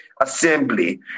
assembly